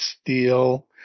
steel